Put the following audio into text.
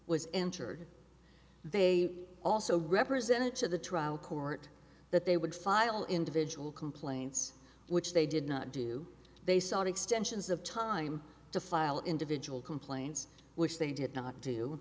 was entered they also represented to the trial court that they would file individual complaints which they did not do they sought extensions of time to file individual complaints which they did not do